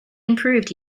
improved